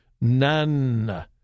None